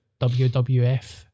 wwf